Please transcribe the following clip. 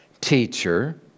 Teacher